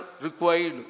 required